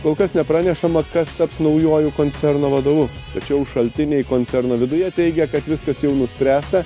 kol kas nepranešama kas taps naujuoju koncerno vadovu tačiau šaltiniai koncerno viduje teigia kad viskas jau nuspręsta